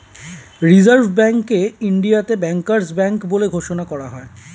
reserve ব্যাঙ্ককে ইন্ডিয়াতে bankers bank বলে ঘোষণা করা হয়